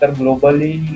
globally